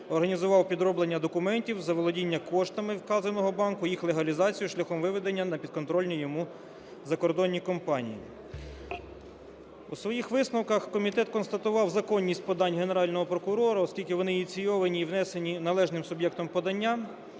організував підроблення документів, заволодіння коштами вказаного банку, їх легалізацією шляхом виведення на підконтрольні йому закордонні компанії. У своїх висновках комітет констатував законність подань Генерального прокурора, оскільки вони ініційовані і внесені належним суб'єктом подання,